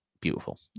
beautiful